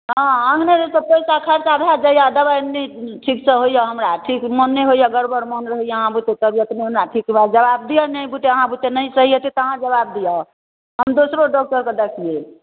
हँ अनेरेके पैसा खर्चा भऽ जाइए आओर दवाइ नहि ठीकसँ होइए हमरा ठीक मोन नहि होइए मोन गड़बड़ रहैए अहाँ बुते तबियत नहि हमरा ठीक नहि जवाब दिअ अहाँ बुते नहि सही हेतै तऽ अहाँ जवाब दिअ हम दोसरो डॉक्टरकेँ देखियै